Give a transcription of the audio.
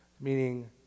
Meaning